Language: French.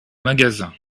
magasin